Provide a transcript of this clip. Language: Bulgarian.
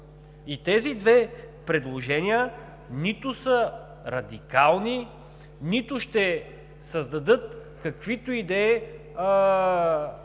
Тези две предложения нито са радикални, нито ще създадат каквито и